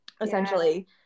essentially